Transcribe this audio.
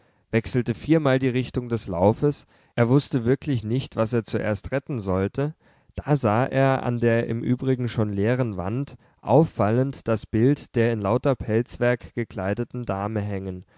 wechselte viermal die richtung des laufes er wußte wirklich nicht was er zuerst retten sollte da sah er an der im übrigen schon leeren wand auffallend das bild der in lauter pelzwerk gekleideten dame hängen